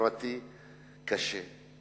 חברתי קשה.